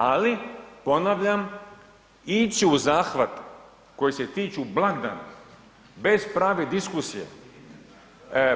Ali ponavljam, ići u zahvat koji se tiču blagdana bez prave diskusije,